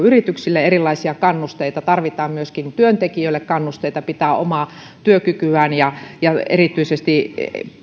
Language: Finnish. yrityksille erilaisia kannusteita ja tarvitaan myöskin työntekijöille kannusteita pitää omaa työkykyään ja ja erityisesti